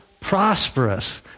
prosperous